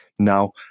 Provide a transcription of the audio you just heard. Now